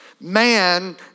Man